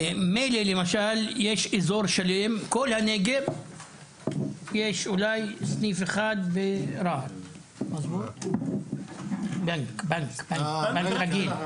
בכל הנגב יש אולי סניף אחד ברהט, בנק רגיל.